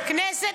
--- כנסת